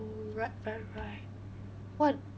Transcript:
right right right what